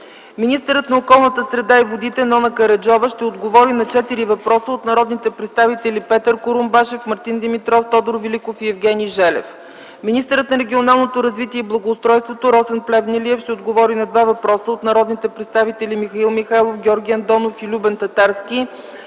Министърът на околната среда и водите Нона Караджова ще отговори на четири въпроса от народните представители Петър Курумбашев, Мартин Димитров, Тодор Великов и Евгений Желев. Министърът на регионалното развитие и благоустройството Росен Плевнелиев ще отговори на два въпроса от народните представители Михаил Михайлов, Георги Андонов и Любен Татарски